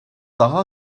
daha